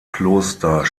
kloster